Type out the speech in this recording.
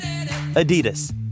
Adidas